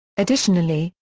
additionally,